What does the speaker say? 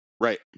Right